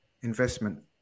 investment